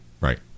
Right